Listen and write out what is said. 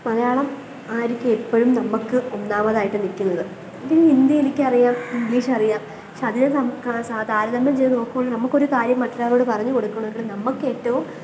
മലയാളം ആയിരിക്കും എപ്പോഴും നമുക്ക് ഒന്നാമതായിട്ട് നിൽക്കുന്നത് ഇതിന് ഹിന്ദി എനിക്കറിയാം ഇംഗ്ലീഷറിയാം പക്ഷെ അതിനെ നമുക്കങ്ങനെ താരതമ്യം ചെയ്ത് നോക്കുകയാണെങ്കിൽ നമുക്കൊരു കാര്യം മറ്റൊരാളോട് പറഞ്ഞു കൊടുക്കണമെങ്കിൽ നമുക്കേറ്റവും